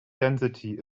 density